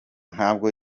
ntabwo